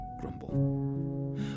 Grumble